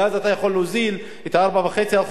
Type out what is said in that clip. ואז אתה יכול להוזיל את ה-4.5%,